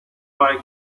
bei